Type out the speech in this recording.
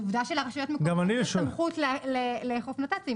העובדה שלרשויות מקומיות יש סמכות לאכוף נת"צים,